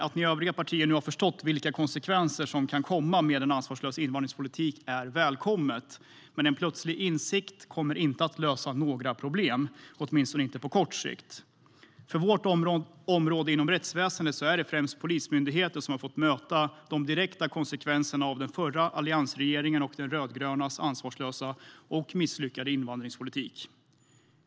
Att övriga partier nu har förstått vilka konsekvenser som kan komma av en ansvarslös invandringspolitik är välkommet. Men en plötslig insikt kommer inte att lösa några problem, åtminstone inte på kort sikt. Inom rättsväsendet är det främst Polismyndigheten som fått möta de direkta konsekvenserna av alliansregeringens och den rödgröna regeringens ansvarslösa och misslyckade invandringspolitik.